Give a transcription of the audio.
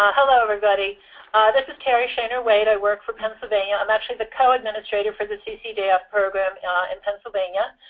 ah hello, everybody. this is terry shaner wade i work for pennsylvania. i'm actually the co-administrator for the ccdf program in pennsylvania.